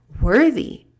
worthy